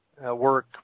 work